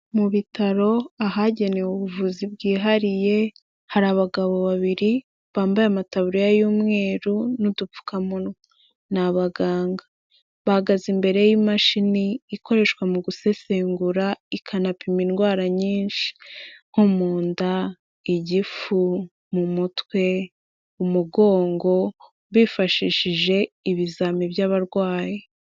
Mu bitaro, ahagenewe ubuvuzi bwihariye, hari abagabo babiri, bambaye amataburiya y'umweru n'udupfukamunwa. Ni abaganga. Bahagaze imbere y'imashini ikoreshwa mu gusesengura, ikanapima indwara nyinshi. Nko mu nda, igifu, mu mutwe, umugongo, bifashishije ibizami by'abarwayi.